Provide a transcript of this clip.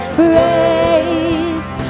praise